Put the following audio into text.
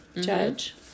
judge